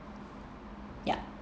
yup